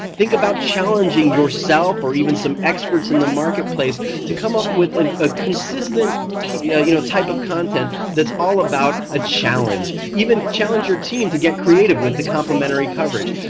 think about challenging yourself or even some experts in the marketplace to come up with a ah consistent yeah you know type of content that's all about a challenge, even challenge your team to get creative with the complementary coverage.